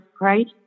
right